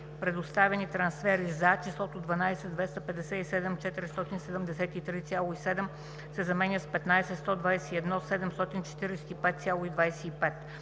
„Предоставени трансфери за: “числото „12 257 473,7“ се заменя с „15 121 745,25“.